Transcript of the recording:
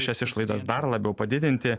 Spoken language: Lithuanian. šias išlaidas dar labiau padidinti